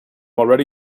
already